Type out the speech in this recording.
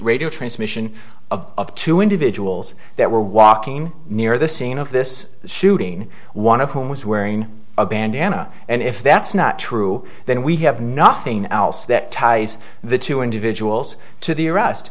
radio transmission of two individuals that were walking near the scene of this shooting one of whom was wearing a bandana and if that's not true then we have nothing else that ties the two individuals to the arrest